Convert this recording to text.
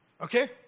okay